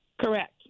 Correct